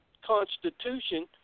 Constitution